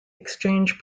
exchange